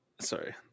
Sorry